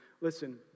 listen